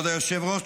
כבוד היושב-ראש,